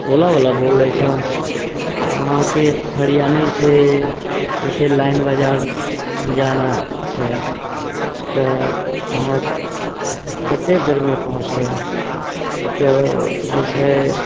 ओलावला बोलै छऽ अहाँके फर्यानीसँ जैसे लाइन बाजार जाना छै तऽ अहाँ कते देरमे पहुँचबै तऽ जे छै